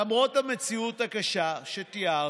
למרות המציאות הקשה שתיארתי,